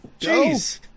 Jeez